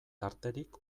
tarterik